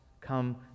come